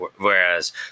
whereas